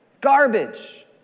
garbage